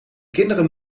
kinderen